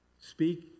speak